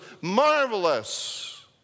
marvelous